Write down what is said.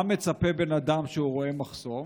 מה מצפה בן אדם כשהוא רואה מחסום?